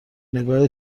نگاه